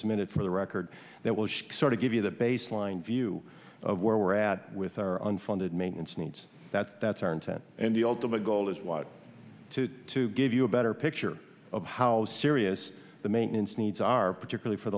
submit it for the record that will sort of give you the baseline view of where we're at with our unfunded maintenance needs that that's our intent and the ultimate goal is what to give you a better picture of how serious the maintenance needs are particularly for